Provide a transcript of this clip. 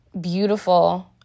beautiful